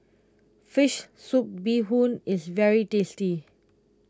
Fish Soup Bee Hoon is very tasty